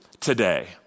today